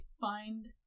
find